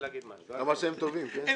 ------ על